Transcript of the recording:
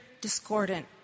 discordant